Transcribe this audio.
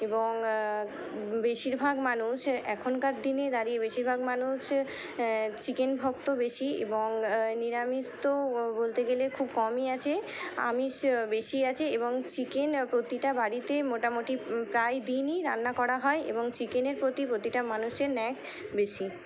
এবং বেশিরভাগ মানুষ এখনকার দিনে দাঁড়িয়ে বেশিরভাগ মানুষ চিকেন ভক্ত বেশি এবং নিরামিষ তো বলতে গেলে খুব কমই আছে আমিষ বেশি আছে এবং চিকেন প্রতিটা বাড়িতে মোটামুটি প্রায় দিনই রান্না করা হয় এবং চিকেনের প্রতি প্রতিটা মানুষের ন্যাক বেশি